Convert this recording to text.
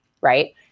right